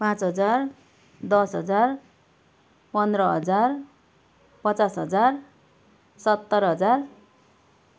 पाँच हजार दस हजार पन्ध्र हजार पचास हजार सत्तर हजार